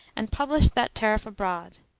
and published that tariff abroad